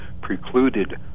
precluded